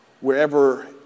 wherever